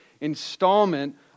installment